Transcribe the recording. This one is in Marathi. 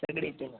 सगळी इथूनच